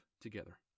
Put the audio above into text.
together